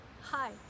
hi